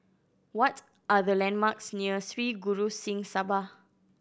what are the landmarks near Sri Guru Singh Sabha